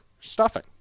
stuffing